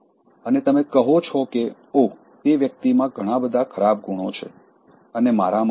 અને તમે કહો છો કે ઓહ તે વ્યક્તિમાં બધા ખરાબ ગુણો છે અને મારા માં નથી